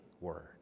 word